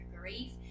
grief